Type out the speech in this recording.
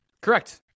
Correct